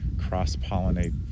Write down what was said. cross-pollinate